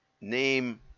name